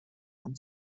und